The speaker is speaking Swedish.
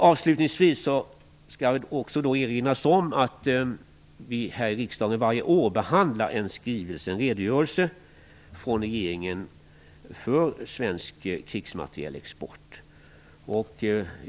Avslutningsvis skall det också erinras om att riksdagen varje år behandlar en redogörelse från regeringen för svensk krigsmaterielexport.